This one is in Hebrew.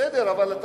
בסדר, אבל אתה